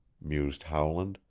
mused howland,